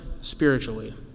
spiritually